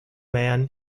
man